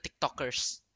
TikTokers